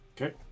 Okay